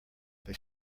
they